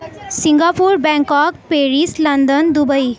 Singapore Bangkok Paris London Dubai